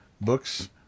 books